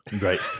Right